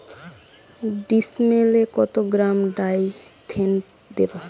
ডিস্মেলে কত গ্রাম ডাইথেন দেবো?